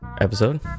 episode